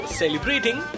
celebrating